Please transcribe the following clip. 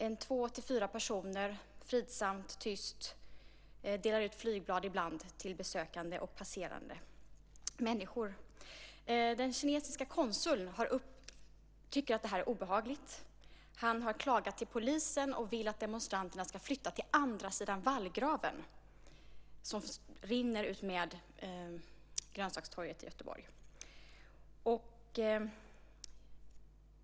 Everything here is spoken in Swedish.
Det är två-fyra personer som fridsamt och tyst ibland delar ut flygblad till besökande och passerande människor. Den kinesiska konsuln tycker att detta är obehagligt. Han har klagat hos polisen och vill att demonstranterna ska flytta till andra sidan Vallgraven som rinner utmed grönsakstorget i Göteborg.